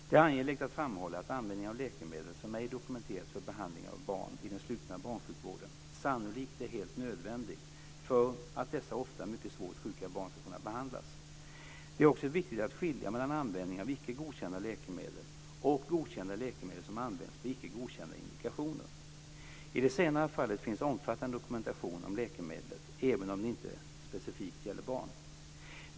Det är angeläget att framhålla att användning av läkemedel som ej dokumenterats för behandling av barn i den slutna barnsjukvården sannolikt är helt nödvändig för att dessa ofta mycket svårt sjuka barn ska kunna behandlas. Det är också viktigt att skilja mellan användning av icke godkända läkemedel och godkända läkemedel som används på icke godkända indikationer. I det senare fallet finns omfattande dokumentation om läkemedlet, även om den inte specifikt gäller barn.